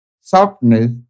softness